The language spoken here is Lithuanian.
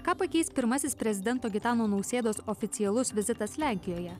ką pakeis pirmasis prezidento gitano nausėdos oficialus vizitas lenkijoje